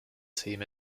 team